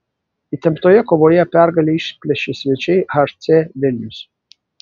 įtemptoje kovoje pergalę išplėšė svečiai hc vilnius